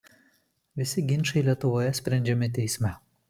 visi ginčai lietuvoje sprendžiami teisme